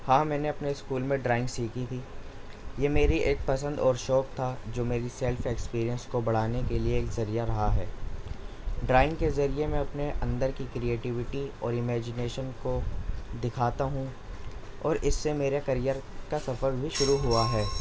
ہاں میں نے اپنے اسکول میں ڈرائنگ سیکھی تھی یہ میری ایک پسند اور شوق تھا جو میری سیلف ایکسپیرئنس کو بڑھانے کے لیے ایک ذریعہ رہا ہے ڈرائنگ کے ذریعے میں اپنے اندر کی کریٹیوٹی اور امیجنیشن کو دکھاتا ہوں اور اس سے میرے کریئر کا سفر بھی شروع ہوا ہے